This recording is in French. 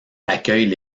accueillent